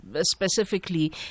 specifically